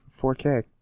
4K